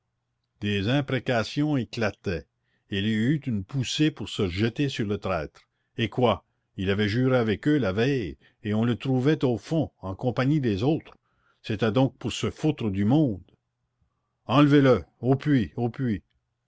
des imprécations éclataient il y eut une poussée pour se jeter sur le traître eh quoi il avait juré avec eux la veille et on le trouvait au fond en compagnie des autres c'était donc pour se foutre du monde enlevez le au puits au puits